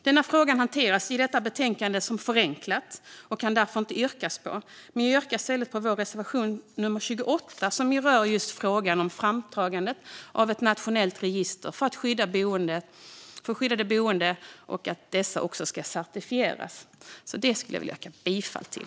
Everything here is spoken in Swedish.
Denna fråga hanteras förenklat i detta betänkande och kan därför inte yrkas på, men jag yrkar i stället bifall till vår reservation nummer 28 som rör just frågan om framtagandet av ett nationellt register för skyddade boenden och att dessa också ska certifieras. Det vill jag yrka bifall till.